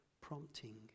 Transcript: prompting